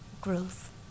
growth